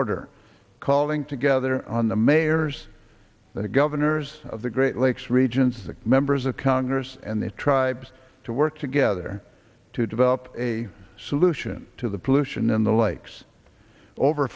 order calling together on the mayors the governors of the great lakes regions the members of congress and the tribes to work together to develop a solution to the pollution in the lakes over